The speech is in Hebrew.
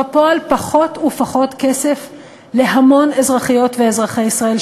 בפועל פחות ופחות כסף להמון אזרחיות ואזרחי ישראל,